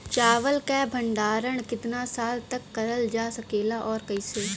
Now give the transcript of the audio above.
चावल क भण्डारण कितना साल तक करल जा सकेला और कइसे?